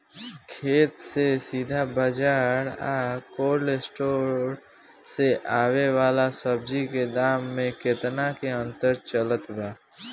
खेत से सीधा बाज़ार आ कोल्ड स्टोर से आवे वाला सब्जी के दाम में केतना के अंतर चलत बा?